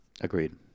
agreed